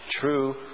true